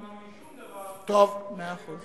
ראש הממשלה לא אמר לי שום דבר שנוגד את מה שהוא אומר בפומבי.